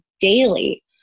daily